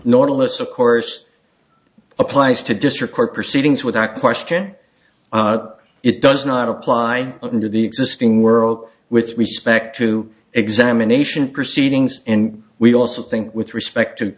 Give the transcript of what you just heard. nautilus of course applies to district court proceedings without question it does not apply to the existing world which respect to examination proceedings and we also think with respect to